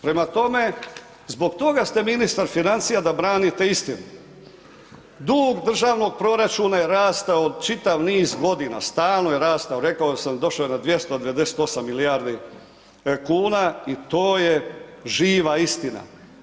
Prema tome, zbog toga ste ministar financija da branite istinu, dug državnog proračuna je rastao čitav niz godina, stalno je rastao, rekao sam došo je na 298 milijardi kuna i to je živa istina.